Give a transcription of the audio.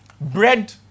bread